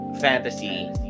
fantasy